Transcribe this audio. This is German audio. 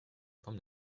vom